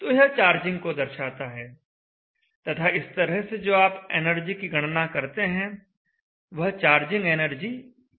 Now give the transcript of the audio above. तो यह चार्जिंग को दर्शाता है तथा इस तरह से जो आप एनर्जी की गणना करते हैं वह चार्जिंग एनर्जी Echarge होगी